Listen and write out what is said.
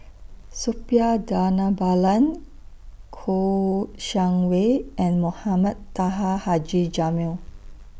Suppiah Dhanabalan Kouo Shang Wei and Mohamed Taha Haji Jamil